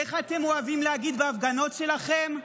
איך אתם אוהבים להגיד בהפגנות שלכם?